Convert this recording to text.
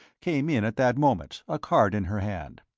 came in at that moment, a card in her hand.